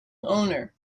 owner